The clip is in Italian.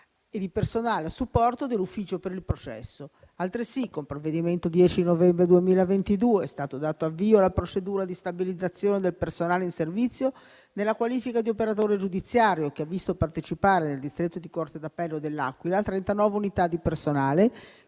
e di personale a supporto dell'ufficio per il processo. Altresì, con provvedimento del 10 novembre 2022 è stato dato l'avvio alla procedura di stabilizzazione del personale in servizio nella qualifica di operatore giudiziario, che ha visto partecipare nel distretto di corte d'appello dell'Aquila 39 unità di personale